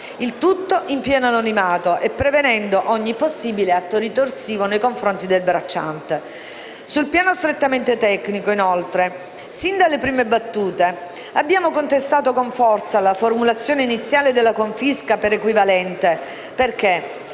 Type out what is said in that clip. il tutto in pieno anonimato e prevenendo ogni possibile atto ritorsivo nei confronti del bracciante. Sul piano strettamente tecnico, inoltre, sin dalle prime battute abbiamo contestato con forza la formulazione iniziale della confisca per equivalente, perché